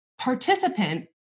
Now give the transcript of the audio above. participant